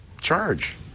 charge